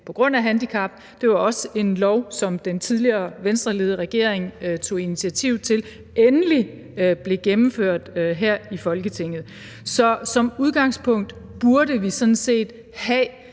på grund af handicap. Det var også en lov, som den tidligere venstreledede regering tog initiativ til endelig blev gennemført her i Folketinget. Så som udgangspunkt burde vi sådan set have